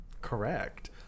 Correct